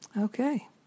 Okay